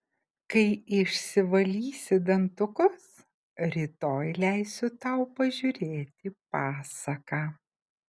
kai išsivalysi dantukus rytoj leisiu tau pažiūrėti pasaką